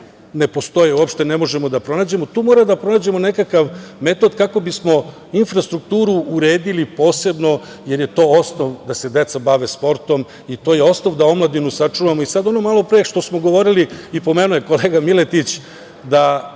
ne postoje uopšte, ne možemo da pronađemo. Tu moramo da pronađemo nekakav metod kako bismo infrastrukturu uredili posebno jer je to osnov da se deca bave sportom i to je osnov da omladinu sačuvamo. Sad ono malopre što smo govorili, pomenuo je i kolega Miletić, da